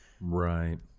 right